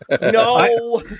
No